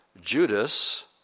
Judas